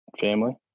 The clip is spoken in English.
family